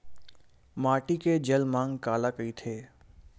माटी के जलमांग काला कइथे?